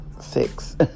six